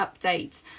updates